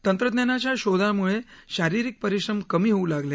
तंत्रज्ञानाच्या शोधाम्ळे शारिरीक परिश्रम कमी होऊ लागले